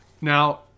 Now